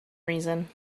reason